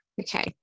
Okay